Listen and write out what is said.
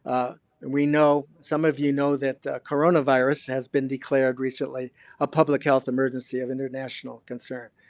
ah we know some of you know that coronavirus, has been declared recently a public health emergency of international concern.